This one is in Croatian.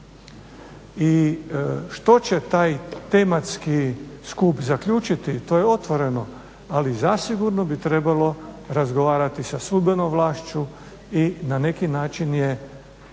I što će taj tematski skupi zaključiti to je otvoreno, ali zasigurno bi trebalo razgovarati sa sudbenom vlašću i na neki način je,